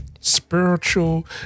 spiritual